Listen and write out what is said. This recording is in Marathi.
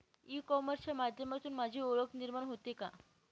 ई कॉमर्सच्या माध्यमातून माझी ओळख निर्माण होते का?